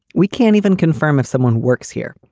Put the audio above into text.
we can't even confirm if someone works here.